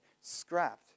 scrapped